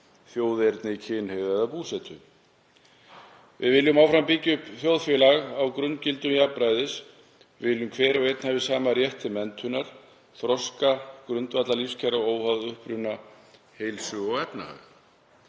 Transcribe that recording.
þjóðerni, kynhneigð eða búsetu. Við viljum áfram byggja upp þjóðfélag á grunngildum jafnræðis. Við viljum að hver og einn hafi sama rétt til menntunar, þroska, grundvallarlífskjara óháð uppruna, heilsu og efnahag.